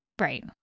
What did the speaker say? Right